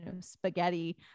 Spaghetti